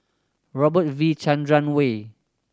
Robert V Chandran Way